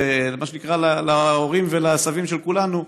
ומה שנקרא להורים ולסבים של כולנו,